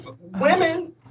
women